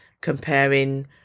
comparing